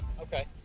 Okay